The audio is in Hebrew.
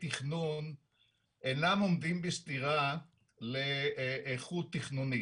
תכנון אינם עומדים בסתירה לאיכות תכנונית